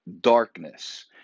darkness